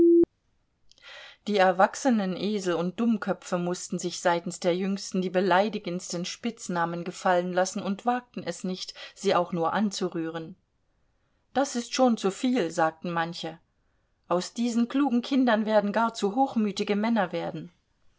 die erwachsenen esel und dummköpfe mußten sich seitens der jüngsten die beleidigendsten spitznamen gefallen lassen und wagten es nicht sie auch nur anzurühren das ist schon zuviel sagten manche aus diesen klugen kindern werden gar zu hochmütige männer werden